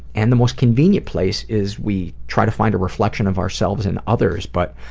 and the most convenient place is we try to find a reflection of ourselves in others, but